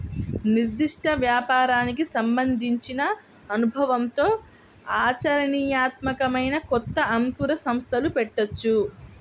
నిర్దిష్ట వ్యాపారానికి సంబంధించిన అనుభవంతో ఆచరణీయాత్మకమైన కొత్త అంకుర సంస్థలు పెట్టొచ్చు